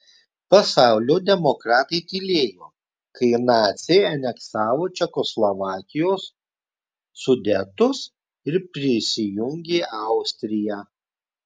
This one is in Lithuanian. pasaulio demokratai tylėjo kai naciai aneksavo čekoslovakijos sudetus ir prisijungė austriją